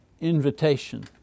invitation